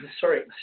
sorry